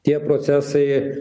tie procesai